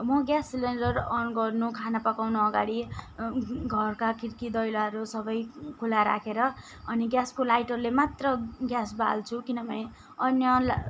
म gas cylinder अन गर्नु खाना पकाउनु अगाडि घरका खिडकी दैलाहरू सबै खुला राखेर अनि ग्यासको लाइटरले मात्र ग्यास बाल्छु किनभने अन्य ला